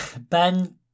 Ben